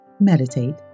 meditate